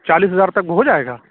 چالیس ہزار تک ہو جائے گا